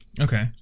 Okay